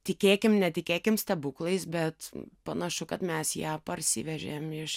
tikėkim netikėkim stebuklais bet panašu kad mes ją parsivežėm iš